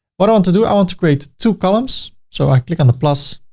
what i want to do, i want to create two columns. so i click on the plus,